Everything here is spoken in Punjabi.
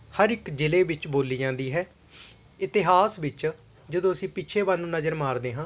ਹਰ ਇੱਕ ਜਿਲ੍ਹੇ ਵਿੱਚ ਬੋਲੀ ਜਾਂਦੀ ਹੈ ਇਤਿਹਾਸ ਵਿੱਚ ਜਦੋਂ ਅਸੀਂ ਪਿੱਛੇ ਵੱਲ ਨੂੰ ਨਜ਼ਰ ਮਾਰਦੇ ਹਾਂ